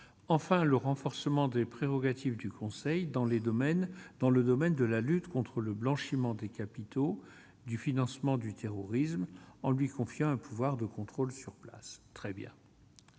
Enfin, le renforcement des prérogatives du conseil dans les domaines dans le domaine de la lutte contre le blanchiment des capitaux du financement du terrorisme en lui confiant un pouvoir de contrôle sur place très bien